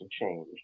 change